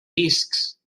discs